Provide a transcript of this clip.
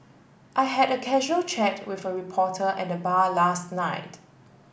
I had a casual chat with a reporter at the bar last night